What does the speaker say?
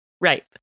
Right